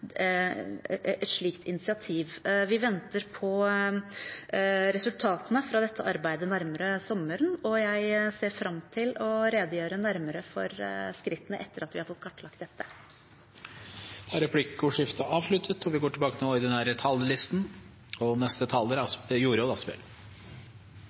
et slikt initiativ. Vi venter resultatene fra dette arbeidet nærmere sommeren, og jeg ser fram til å redegjøre nærmere for skrittene etter at vi har fått kartlagt dette. Replikkordskiftet er avsluttet. Først vil jeg takke den nordiske samarbeidsministeren for en grundig framlegging av Nordisk råds rapport for 2021. Det nordiske fellesskapet er